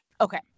Okay